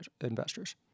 investors